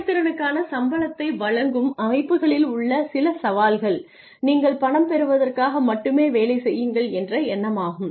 செயல்திறனுக்கான சம்பளத்தை வழங்கும் அமைப்புகளில் உள்ள சில சவால்கள் 'நீங்கள் பணம் பெறுவதற்காக மட்டுமே வேலை செய்யுங்கள்' என்ற எண்ணமாகும்